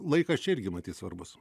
laikas čia irgi matyt svarbus